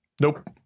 Nope